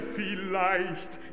vielleicht